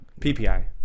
PPI